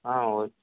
ஆ okay